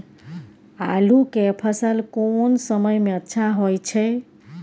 आलू के फसल कोन समय में अच्छा होय छै?